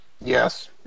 Yes